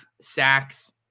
sacks